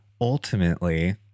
ultimately